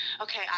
okay